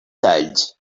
talls